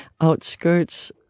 outskirts